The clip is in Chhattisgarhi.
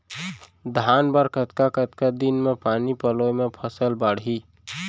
धान बर कतका कतका दिन म पानी पलोय म फसल बाड़ही?